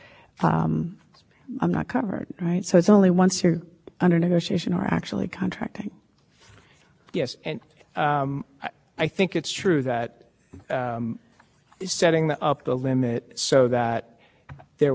been provisions like that and they've been upheld but as with all these interest the further you go the congress is most severe danger is being struck down for over breath so is the further you go the more